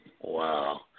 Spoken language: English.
Wow